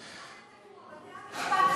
הוא לא היה תקוע,